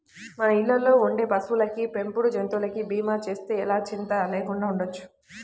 మన ఇళ్ళల్లో ఉండే పశువులకి, పెంపుడు జంతువులకి భీమా చేస్తే ఎలా చింతా లేకుండా ఉండొచ్చు